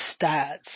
stats